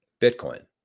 Bitcoin